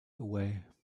away